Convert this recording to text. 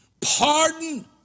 Pardon